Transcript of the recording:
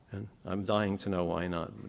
i'm dying to know why not